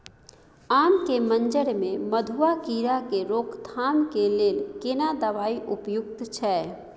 आम के मंजर में मधुआ कीरा के रोकथाम के लेल केना दवाई उपयुक्त छै?